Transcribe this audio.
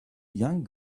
young